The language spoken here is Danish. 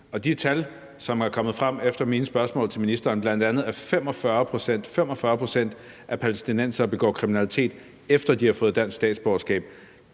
de tal, som er kommet frem efter mine spørgsmål til ministeren, bl.a. at 45 pct. – 45 pct. – af palæstinenserne begår kriminalitet, efter at de har fået dansk statsborgerskab,